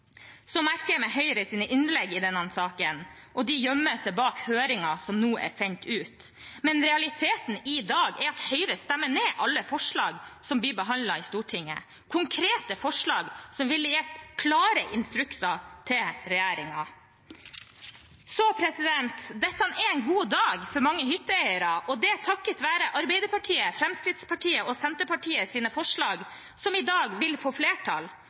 Så merker jeg meg Høyres innlegg i denne saken, og de gjemmer seg bak høringen som nå er sendt ut. Men realiteten i dag er at Høyre stemmer ned alle forslag som blir behandlet i Stortinget – konkrete forslag som ville ha gitt klare instrukser til regjeringen. Dette er en god dag for mange hytteeiere, og det er takket være Arbeiderpartiet, Fremskrittspartiet og Senterpartiets forslag, som i dag vil få flertall. Heldigvis er vi ikke avhengig av Høyre for å få flertall